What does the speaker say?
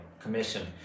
commission